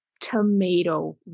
tomato